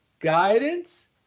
Guidance